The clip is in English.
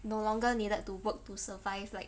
no longer needed to work to survive like